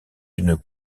une